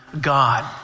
God